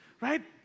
Right